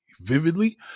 vividly